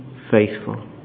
faithful